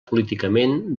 políticament